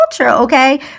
okay